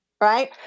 Right